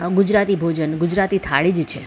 ગુજરાતી ભોજન ગુજરાતી થાળી જ છે